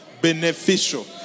beneficial